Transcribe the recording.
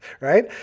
right